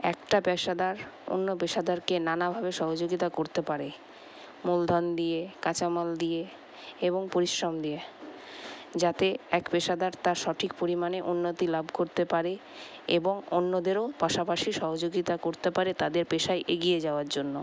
একটা পেশাদার অন্য পেশাদারকে নানাভাবে সহযোগিতা করতে পারে মূলধন দিয়ে কাঁচামাল দিয়ে এবং পরিশ্রম দিয়ে যাতে এক পেশাদার তার সঠিক পরিমানে উন্নতি লাভ করতে পারে এবং অন্যদেরও পাশাপাশি সহযোগিতা করতে পারে তাদের পেশায় এগিয়ে যাওয়ার জন্য